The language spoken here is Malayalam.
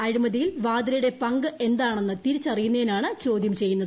അഴിമതിയ്ടിൽ പ്രാദ്രയുടെ പങ്ക് എന്താണെന്ന് തിരിച്ചറിയുന്നതിനാണ് ചോദ്യുംചെയ്യുന്നത്